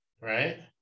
right